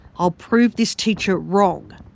ah prove this teacher wrong.